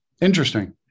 Interesting